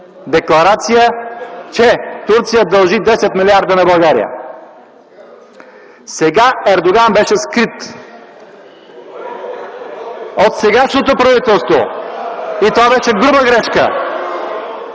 декларация, че Турция дължи 10 милиарда на България. (Реплики от КБ и ДПС.) Сега Ердоган беше скрит от сегашното правителство и това беше груба грешка.